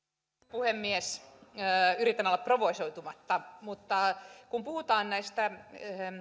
puhemies yritän olla provosoitumatta mutta kun puhutaan näistä